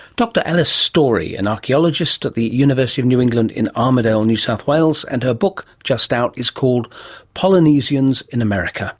dr alice storey, an archaeologist at the university of new england in armidale, new south wales, and her book, just out, is called polynesians in america